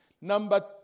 Number